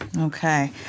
Okay